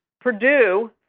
Purdue